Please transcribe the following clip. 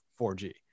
4G